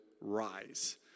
rise